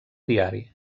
diari